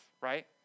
right